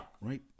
right